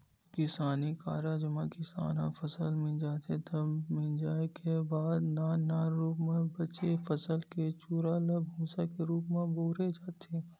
किसानी कारज म किसान ह फसल मिंजथे तब मिंजे के बाद नान नान रूप म बचे फसल के चूरा ल भूंसा के रूप म बउरे जाथे